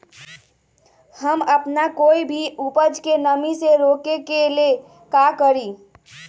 हम अपना कोई भी उपज के नमी से रोके के ले का करी?